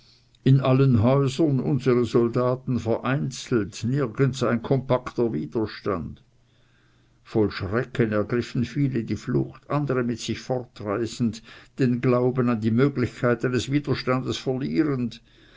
in allen häusern unsere soldaten vereinzelt nirgends ein kompakter widerstand voll schrecken ergriffen viele die flucht andere mit sich fortreißend den glauben an die möglichkeit eines widerstandes verlierend